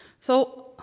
so,